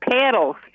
paddles